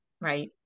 right